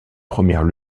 premières